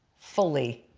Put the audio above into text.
fully